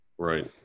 Right